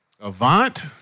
Avant